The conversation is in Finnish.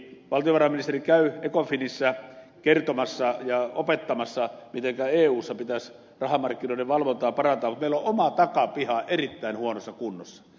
valtiovarainministeri käy ecofinissä kertomassa ja opettamassa mitenkä eussa pitäisi rahamarkkinoiden valvontaa parantaa mutta meillä on oma takapiha erittäin huonossa kunnossa